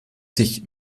sich